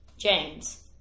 James